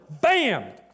Bam